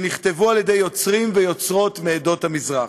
שנכתבו על-ידי יוצרים ויוצרות מעדות המזרח.